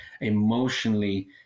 emotionally